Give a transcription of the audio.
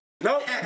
Nope